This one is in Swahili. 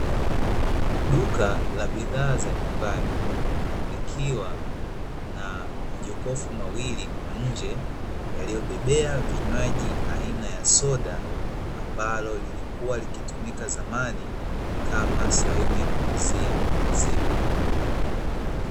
Duka la bidhaa za nyumbani, likiwa na majokofu mawili kwa nje, yaliyobebea vinywaji aina ya soda, ambalo lilikuwa likitumika zamani kama sehemu ya kuuzia maziwa.